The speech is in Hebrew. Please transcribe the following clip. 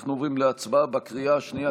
אנחנו עוברים להצבעה בקריאה השנייה,